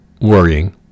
worrying